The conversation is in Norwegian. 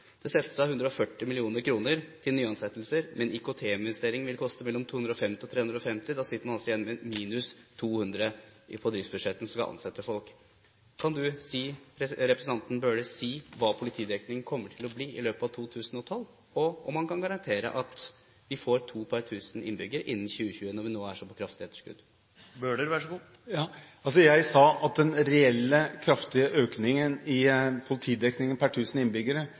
Det settes av 140 mill. kr til nyansettelser, men IKT-investeringene vil koste mellom 250 mill. kr og 350 mill. kr. Da sitter man altså igjen med minus 200 mill. kr på driftsbudsjettet når man skal ansette folk. Kan representanten Bøhler si hva politidekningen kommer til å bli i løpet av 2012, og kan han garantere at vi får to per 1 000 innbyggere innen 2020, når vi nå er så kraftig på etterskudd? Jeg sa at den reelle, kraftige, økningen i politidekningen per 1 000 innbyggere